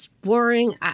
boring